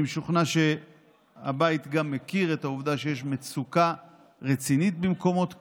אני משוכנע שהבית גם מכיר את העובדה שיש מצוקה רצינית במקומות כליאה.